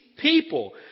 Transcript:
people